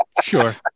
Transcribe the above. sure